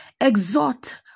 exhort